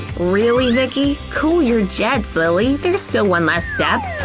really, vicki? cool your jets, lilly, there's still one last step.